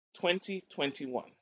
2021